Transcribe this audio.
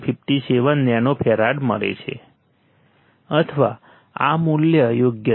57 nano farad મળે છે અથવા આ મૂલ્ય યોગ્ય છે